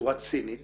בצורה צינית